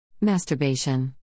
Masturbation